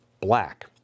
black